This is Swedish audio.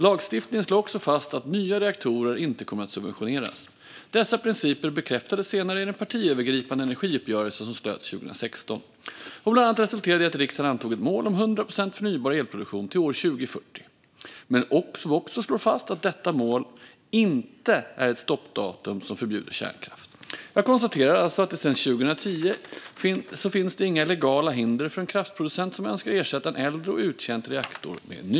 Lagstiftningen slår också fast att nya reaktorer inte kommer att subventioneras. Dessa principer bekräftades senare i den partiövergripande energiuppgörelse som slöts 2016 och bland annat resulterade i att riksdagen antog ett mål om 100 procent förnybar elproduktion till år 2040, men som också slår fast att detta är ett mål och inte ett stoppdatum som förbjuder kärnkraft. Jag konstaterar alltså att det sedan 2010 inte finns några legala hinder för en kraftproducent som önskar ersätta en äldre och uttjänt reaktor med en ny.